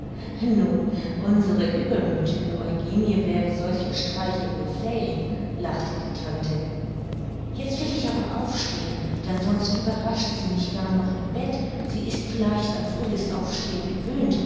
nun unsere übermüthige eugenie wäre solcher streiche wohl fähig lachte die tante jetzt will ich aber aufstehen denn sonst überrascht sie mich gar noch im bett sie ist vielleicht an frühes aufstehen gewöhnt